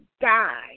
die